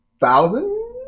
thousand